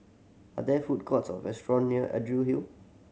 are there food courts or restaurant near Hill